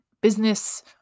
business